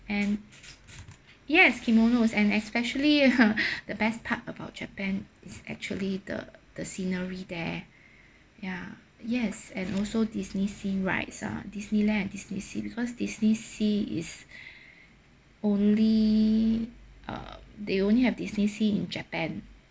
and yes kimonos and especially the best part about japan is actually the the scenery there ya yes and also disneysea rides ah disneyland and disneysea because disneysea is only uh they only have disneysea in japan